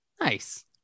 nice